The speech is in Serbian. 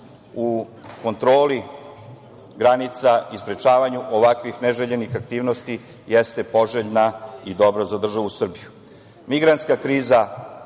u kontroli granica i sprečavanju ovakvih neželjenih aktivnosti jeste poželjna i dobro za državu Srbiju. Migrantska kriza